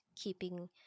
keeping